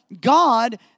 God